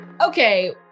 Okay